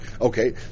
Okay